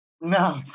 No